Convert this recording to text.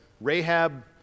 Rahab